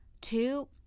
Two